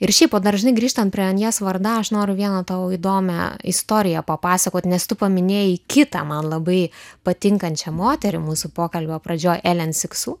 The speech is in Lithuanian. ir šiaip o dažnai grįžtant prie anjes varda aš noriu vieną tau įdomią istoriją papasakot nes tu paminėjai kitą man labai patinkančią moterį mūsų pokalbio pradžioj elen siksu